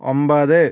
ഒൻപത്